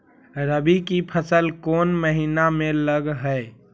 रबी की फसल कोन महिना में लग है?